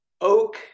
Oak